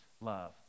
love